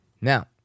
Now